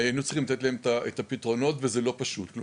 היינו צריכים לתת להם את הפתרונות וזה לא פשוט,